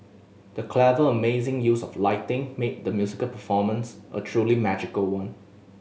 the clever amazing use of lighting made the musical performance a truly magical one